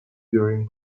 during